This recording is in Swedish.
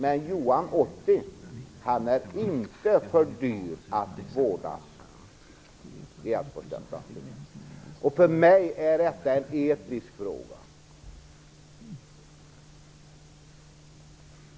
Men Gunnar, 80 år, är inte för dyr att vårdas i Älvsborgs läns landsting. För mig är detta en etisk fråga.